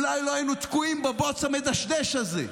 אולי לא היינו תקועים בבוץ המדשדש הזה.